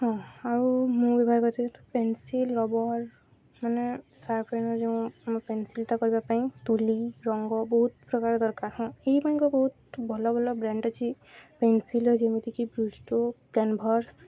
ହଁ ଆଉ ମୁଁ ବ୍ୟବହାର ପେନସିଲ୍ ରବର୍ ମାନେ ସାର୍ପେନର୍ ଯେଉଁ ଆମ ପେନସିଲ୍ଟା କରିବା ପାଇଁ ତୁଳି ରଙ୍ଗ ବହୁତ ପ୍ରକାର ଦରକାର ହଁ ଏଇପାଇକା ବହୁତ ଭଲ ଭଲ ବ୍ରାଣ୍ଡ୍ ଅଛି ପେନସିଲ୍ର ଯେମିତିକି କାନଭାସ୍